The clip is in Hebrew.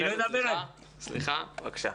בבקשה.